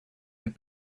had